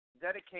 dedicate